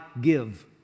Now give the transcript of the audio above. give